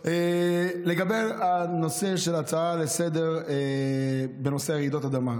לגבי הנושא של ההצעה לסדר-היום בנושא רעידות האדמה,